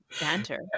banter